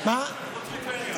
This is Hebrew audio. חוץ מטבריה.